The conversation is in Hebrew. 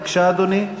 בבקשה, אדוני.